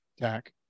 Dak